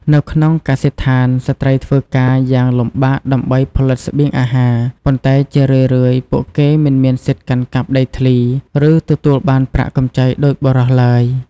នៅក្នុងកសិដ្ឋាន ស្ត្រីធ្វើការងារយ៉ាងលំបាកដើម្បីផលិតស្បៀងអាហារ ប៉ុន្តែជារឿយៗពួកគេមិនមានសិទ្ធិកាន់កាប់ដីធ្លី ឬទទួលបានប្រាក់កម្ចីដូចបុរសឡើយ។